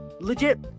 Legit